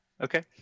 Okay